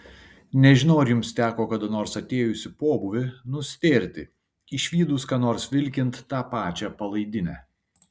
nežinau ar jums teko kada nors atėjus į pobūvį nustėrti išvydus ką nors vilkint tą pačią palaidinę